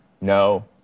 No